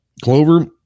Clover